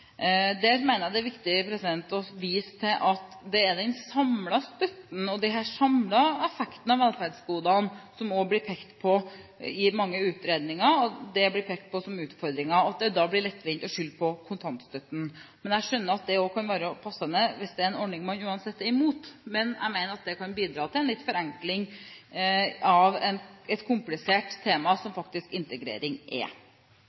Der mener jeg det er viktig å vise til at det er den samlede støtten og de samlede effektene av velferdsgodene som blir pekt på som utfordringer i mange utredninger, og da blir det lettvint å skylde på kontantstøtten. Men jeg skjønner at det også kan være passende, hvis det er en ordning man uansett er imot. Jeg mener likevel at det kan bidra til litt forenkling av et komplisert tema, som integrering faktisk er.